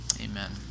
Amen